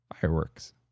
fireworks